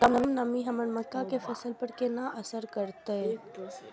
कम नमी हमर मक्का के फसल पर केना असर करतय?